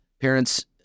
parents